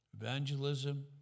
Evangelism